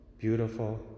beautiful